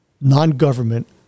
non-government